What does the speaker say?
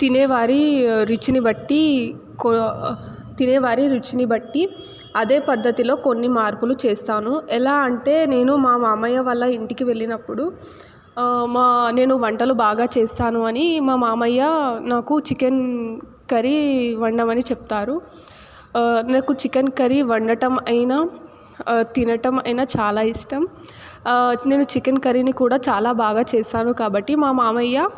తినేవారి రుచిని బట్టి తినేవారి రుచిని బట్టి అదే పద్ధతిలో కొన్ని మార్పులు చేస్తాను ఎలా అంటే నేను మా మామయ్య వాళ్ళ ఇంటికి వెళ్లినప్పుడు మా నేను వంటలు బాగా చేస్తాను అని మా మామయ్య నాకు చికెన్ కర్రీ వండమని చెప్తారు నాకు చికెన్ కర్రీ వండటం అయినా తినడమైనా చాలా ఇష్టం నేను చికెన్ కర్రీని కూడా చాలా బాగా చేశాను కాబట్టి మా మామయ్య